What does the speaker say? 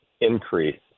increase